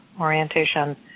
orientation